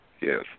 yes